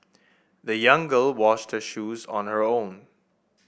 the young girl washed shoes on her own